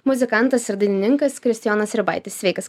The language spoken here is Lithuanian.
muzikantas ir dainininkas kristijonas iribaitis sveikas